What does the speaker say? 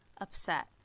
upset